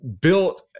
built